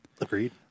Agreed